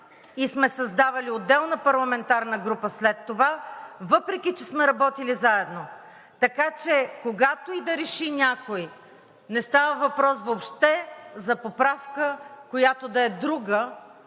и сме създавали отделна парламентарна група след това, въпреки че сме работили заедно. Така че, когато и да реши някой – не става въпрос въобще за поправка, която да е друга